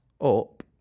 up